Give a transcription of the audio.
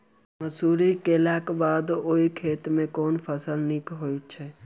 मसूरी केलाक बाद ओई खेत मे केँ फसल नीक होइत छै?